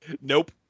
Nope